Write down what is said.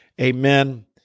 amen